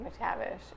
McTavish